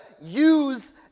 use